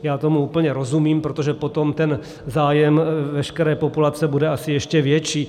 Já tomu úplně rozumím, protože potom ten zájem veškeré populace bude asi ještě větší.